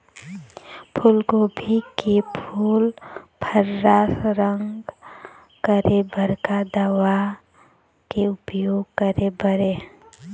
फूलगोभी के फूल पर्रा रंग करे बर का दवा के उपयोग करे बर ये?